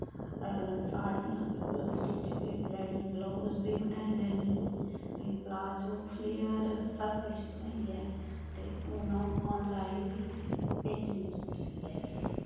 साड़ियां बी स्टिच करी लैन्नी ब्लाउज बी बनाई लैन्नी पलाज़ो फ्लेर सब किश बनाइयै ते हून अ'ऊं ऑनलाइन बी भेजनी सूट सीयै